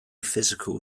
physical